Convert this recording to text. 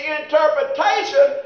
interpretation